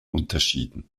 unterschieden